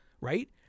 right